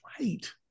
right